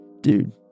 dude